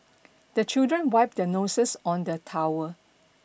the children wipe their noses on the towel